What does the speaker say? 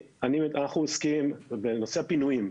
אנחנו עוסקים בנושא פינויים,